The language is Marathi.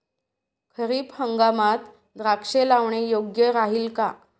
खरीप हंगामात द्राक्षे लावणे योग्य राहिल का?